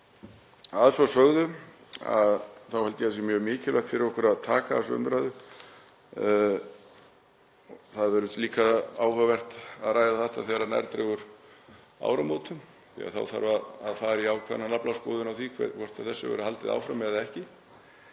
Að svo sögðu held ég að það sé mjög mikilvægt fyrir okkur að taka þessa umræðu. Það verður líka áhugavert að ræða þetta þegar nær dregur áramótum. Þá þarf að fara í ákveðna naflaskoðun á því hvort þessu verði haldið áfram eða ekki.